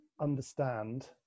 understand